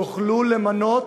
יוכלו למנות